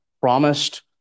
Promised